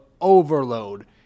overload